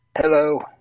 Hello